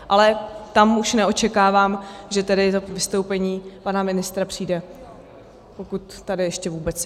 Ale tam už neočekávám, že tedy to vystoupení pana ministra přijde, pokud tady ještě vůbec je.